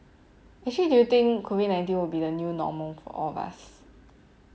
actually you do you think COVID nineteen will be the new normal for all of us